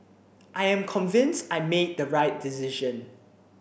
I am convinced I made the right decision